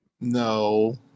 no